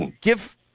give